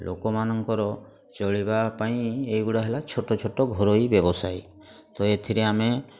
ଲୋକମାନଙ୍କର ଚଳିବା ପାଇଁ ଏଇଗୁଡ଼ା ହେଲା ଛୋଟ ଛୋଟ ଘରୋଇ ବ୍ୟବସାୟ ତ ଏଥିରେ ଆମେ